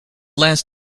last